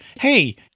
hey